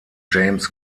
james